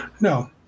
No